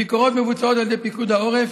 הביקורות מבוצעות על ידי פיקוד העורף